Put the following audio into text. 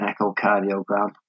echocardiogram